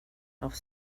off